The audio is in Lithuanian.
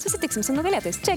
susitiksim su nugalėtais čia